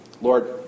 Lord